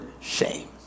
shame